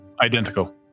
Identical